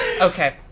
Okay